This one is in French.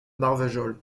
marvejols